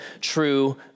true